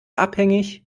abhängig